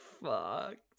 fucked